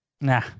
Nah